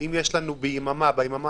אם נרחיב את